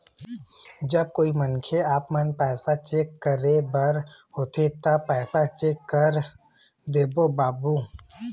जब कोई मनखे आपमन पैसा चेक करे बर आथे ता पैसा चेक कर देबो बाबू?